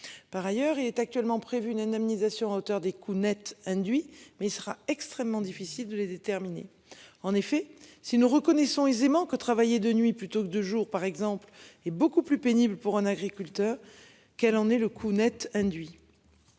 Par ailleurs, il est actuellement prévu une indemnisation à hauteur des coûts nets induit mais il sera extrêmement difficile de les déterminer. En effet si nous reconnaissons aisément que travailler de nuit plutôt que de jours par exemple est beaucoup plus pénible pour un agriculteur quel en est le coût Net induit.